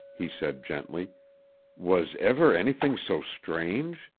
he said gently was ever anything so strange?